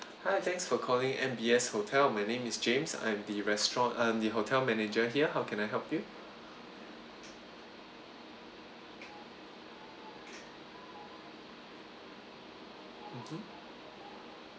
hi thanks for calling M_B_S hotel my name is james I'm the restaurant I'm the hotel manager here how can I help you mmhmm